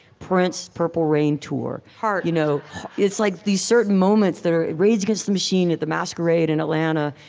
prince's purple rain tour, heart you know it's like these certain moments that are rage against the machine at the masquerade in atlanta.